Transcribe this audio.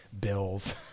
bills